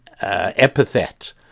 epithet